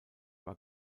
war